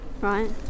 right